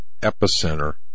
epicenter